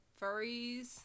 furries